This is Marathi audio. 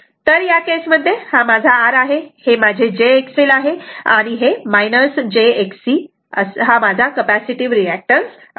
तर या केसमध्ये हा माझा R आहे हे माझे jXL आहे आणि jXC हा माझा कॅपॅसिटीव्ह रिऍक्टन्स आहे